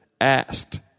asked